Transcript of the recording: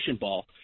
ball